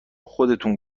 خودتون